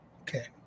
Okay